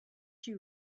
you